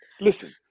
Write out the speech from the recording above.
listen